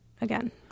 again